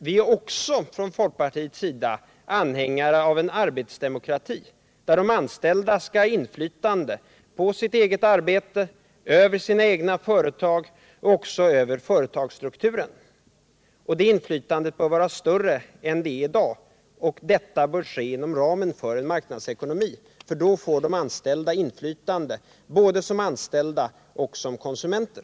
Vi är från folkpartiets sida också anhängare av arbetsdemokrati, där de anställda skall ha inflytande på sitt eget arbete, över sina egna företag och också över företagsstrukturen. Det inflytandet bör bli större än det är i dag, och detta bör ske inom ramen för en marknadsekonomi. Då får nämligen de anställda inflytande både som anställda och som konsumenter.